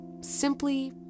simply